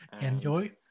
Enjoy